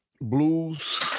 blues